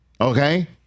Okay